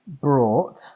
brought